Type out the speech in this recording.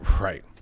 Right